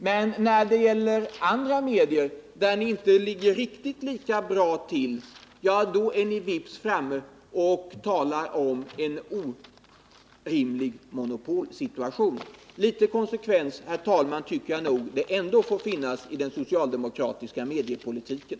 Men när det gäller andra medier, där ni inte ligger lika bra till, är ni vips framme och talar om en orimlig monopolsituation. Litet konsekvens, herr talman, tycker jag nog ändå att det får finnas i den socialdemokratiska mediepolitiken.